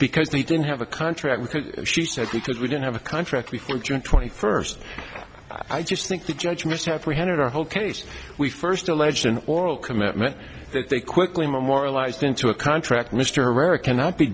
because they didn't have a contract because she said because we didn't have a contract before june twenty first i just think the judge misapprehended our whole case we first alleged an oral commitment they quickly memorialized into a contract mr rare cannot be